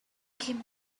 came